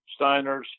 Steiners